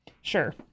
sure